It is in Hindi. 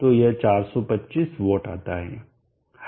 तो यह सब 425 W आता है